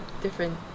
different